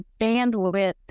bandwidth